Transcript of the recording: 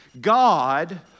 God